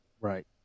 Right